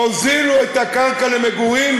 תוזילו את הקרקע למגורים,